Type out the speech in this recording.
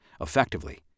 Effectively